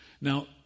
Now